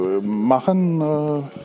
machen